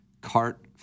Cart